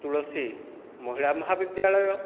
ତୁଳସୀ ମହିଳା ମହାବିଦ୍ୟାଳୟ